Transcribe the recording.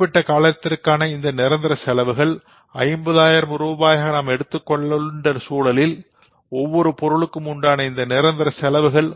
குறிப்பிட்ட காலத்திற்கான இந்த நிரந்தர செலவுகள் 50000 ரூபாயாக நாம் எடுத்துக் கொண்டுள்ள சூழலில் ஒவ்வொரு பொருளுக்கும் உண்டான இந்த நிரந்தர செலவுகள்